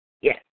Yes